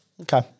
Okay